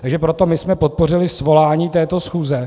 Takže proto jsme podpořili svolání této schůze.